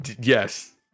yes